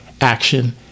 action